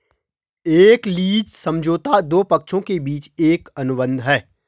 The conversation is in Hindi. एक लीज समझौता दो पक्षों के बीच एक अनुबंध है